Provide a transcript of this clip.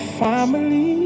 family